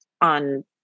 on